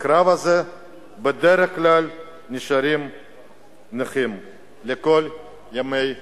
בקרב הזה בדרך כלל נשארים נכים לכל ימי חייהם.